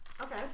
Okay